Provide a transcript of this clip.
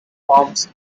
forms